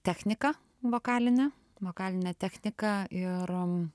technika vokalinę vokalinę techniką ir